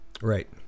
Right